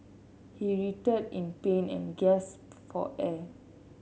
he writhed in pain and gasped for air